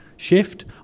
shift